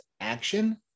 action